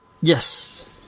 Yes